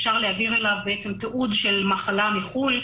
אפשר להעביר אליו תיעוד של מחלה מחו"ל,